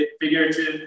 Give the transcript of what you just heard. figurative